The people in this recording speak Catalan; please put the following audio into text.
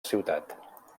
ciutat